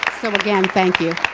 so again thank you.